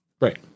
Right